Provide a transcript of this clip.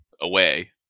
away